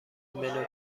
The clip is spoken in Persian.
منو